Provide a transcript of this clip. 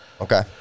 Okay